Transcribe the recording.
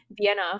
Vienna